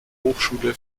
hochschule